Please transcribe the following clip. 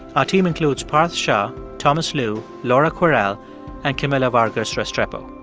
our team includes parth shah, thomas lu, laura kwerel and camila vargas restrepo.